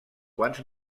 quants